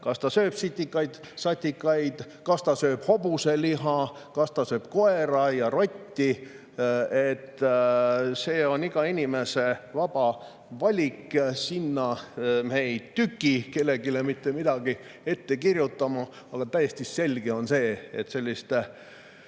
kas ta sööb sitikaid-satikaid, kas ta sööb hobuseliha, kas ta sööb koera ja rotti. See on iga inimese vaba valik. Me ei tüki kellelegi mitte midagi ette kirjutama. Aga täiesti selge on see, et selliste